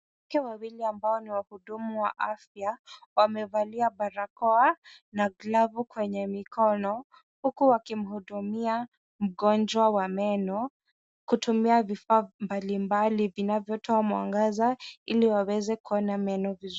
Watu wawili ambao ni wahudumu wa afya wamevalia barakoa na glavu kwenye mikono huku wakimhudumia mgonjwa wa meno kutumia vifaa mbalimbali vinavyotoa mwangaza ili waweze kuona meno vizuri.